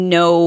no